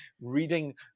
reading